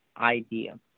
idea